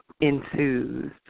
ensues